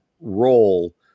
role